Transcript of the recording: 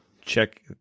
check